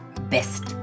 best